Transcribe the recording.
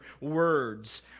words